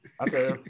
Okay